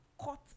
cut